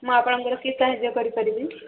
ମୁଁ ଆପଣଙ୍କର କି ସାହାଯ୍ୟ କରିପାରିବି